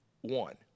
one